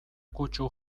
kutsu